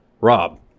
Rob